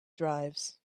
drives